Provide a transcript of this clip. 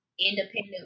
independent